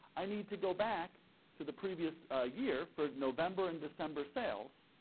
i need to go back to the previous ah year for november and december sales,